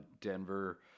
Denver